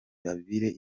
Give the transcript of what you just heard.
bagire